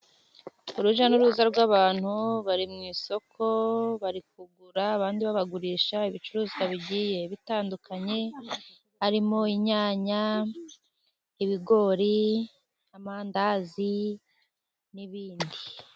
Urujya n'uruza rw'abantu bari mu isoko bari kugura abandi babagurisha ibicuruzwa bigiye bitandukanye harimo: inyanya, ibigori, amandazi n'ibindi.